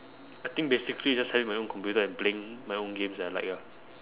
I think basically just having my own computer and playing my own games that I like ah